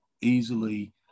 easily